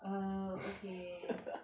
err okay